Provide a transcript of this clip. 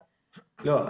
לא, לא.